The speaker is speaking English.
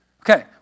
Okay